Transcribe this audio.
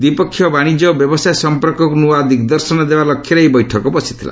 ଦ୍ୱିପକ୍ଷୀୟ ବାଣିଜ୍ୟ ଓ ବ୍ୟବସାୟ ସମ୍ପର୍କକୁ ନୂଆ ଦିଗ୍ଦର୍ଶନ ଦେବା ଲକ୍ଷ୍ୟରେ ଏହି ବୈଠକ ବସିଥିଲା